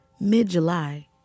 mid-July